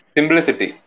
Simplicity